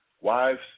Wives